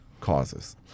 causes